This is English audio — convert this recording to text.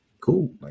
cool